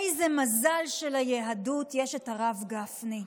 איזה מזל שליהדות יש את הרב גפני.